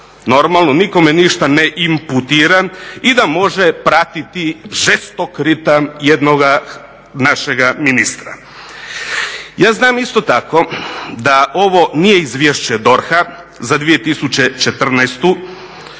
normalno, nikome ništa ne imputiram i da može pratiti žestok ritam jednog našega ministra. Ja znam isto tako da ovo nije izvješće DORH-a za 2014. i